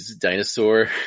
dinosaur